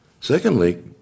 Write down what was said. Secondly